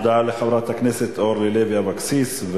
תודה לחברת הכנסת אורלי לוי אבקסיס.